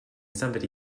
somebody